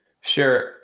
Sure